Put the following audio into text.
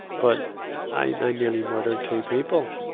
but, i, i nearly murdered two people.